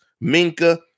Minka